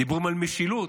דיבורים על משילות,